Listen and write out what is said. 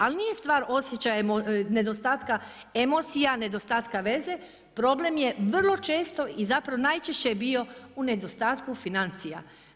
Ali nije stvar osjećaja nedostatka emocija, nedostatka veze, problem je vrlo često i zapravo najčešće je bio u nedostatku financija.